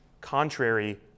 contrary